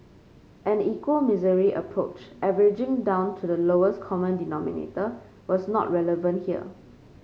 an equal misery approach averaging down to the lowest common denominator was not relevant here